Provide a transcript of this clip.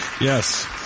Yes